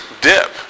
dip